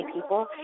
people